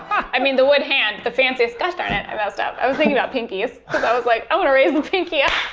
i mean, the wood hand, the fanciest, gosh darn it, i messed up, i was thinking about pinkies, cause i was like, i'm gonna raise the and pinkie up.